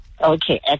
Okay